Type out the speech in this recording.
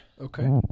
okay